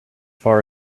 far